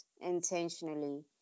intentionally